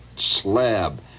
slab